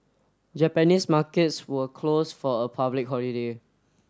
Japanese markets were closed for a public holiday